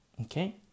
Okay